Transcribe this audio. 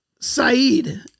Saeed